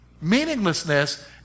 Meaninglessness